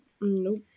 nope